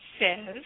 says